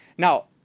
now,